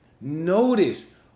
Notice